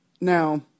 Now